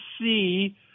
see